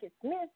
Smith